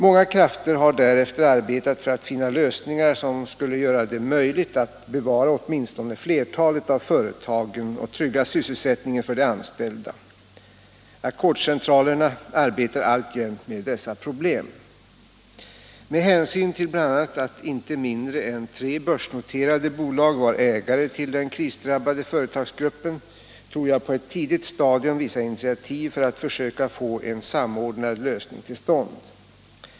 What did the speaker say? Många krafter har därefter arbetat för att finna lösningar som skulle göra det möjligt att bevara åtminstone flertalet av företagen och trygga sysselsättningen för de anställda. Ackordscentralerna arbetar alltjämt med dessa problem. Med hänsyn till bl.a. att inte mindre än tre börsnoterade bolag var ägare till den krisdrabbade företagsgruppen tog jag på ett tidigt stadium vissa initiativ för att försöka få en samordnad lösning till stånd.